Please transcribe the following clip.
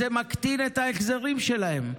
זה מקטין את ההחזרים שלהם.